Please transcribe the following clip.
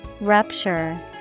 Rupture